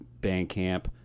Bandcamp